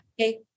Okay